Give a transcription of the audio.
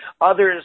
others